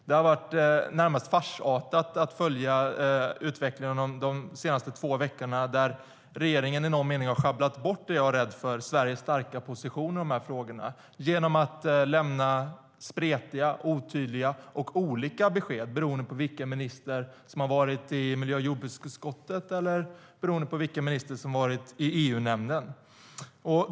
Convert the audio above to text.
Det har varit närmast farsartat att följa utvecklingen de senaste två veckorna, då jag är rädd att regeringen i någon mening har schabblat bort Sveriges starka position i de här frågorna genom att lämna spretiga, otydliga och olika besked beroende på vilken minister som har varit i miljö och jordbruksutskottet eller i EU-nämnden.